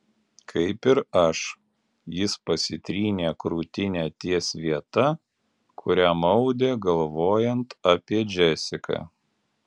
kaip ir aš jis pasitrynė krūtinę ties vieta kurią maudė galvojant apie džesiką